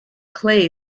clay